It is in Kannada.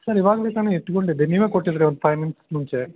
ಸರ್ ಇವಾಗಲೆ ತಾನೇ ಇಟ್ಕೊಂಡಿದ್ದೆ ನೀವೆ ಕೊಟ್ಟಿದ್ರಿ ಒಂದು ಫೈವ್ ಮಿನಿಟ್ಸ್ ಮುಂಚೆ